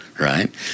Right